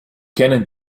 kennen